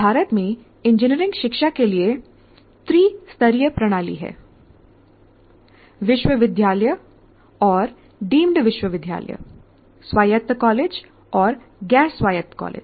भारत में इंजीनियरिंग शिक्षा के लिए त्रि स्तरीय प्रणाली है विश्वविद्यालय और डीम्ड विश्वविद्यालय स्वायत्त कॉलेज और गैर स्वायत्त कॉलेज